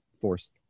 forced